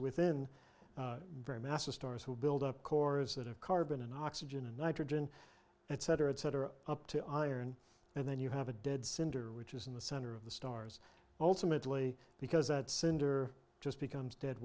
within very massive stars who build up cores that have carbon and oxygen and nitrogen etc etc up to iron and then you have a dead cinder which is in the center of the stars ultimately because that cinder just becomes dead